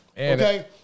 okay